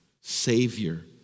Savior